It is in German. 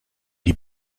die